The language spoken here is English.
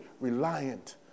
reliant